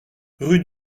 rue